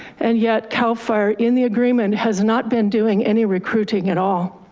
and yet cal fire in the agreement has not been doing any recruiting at all.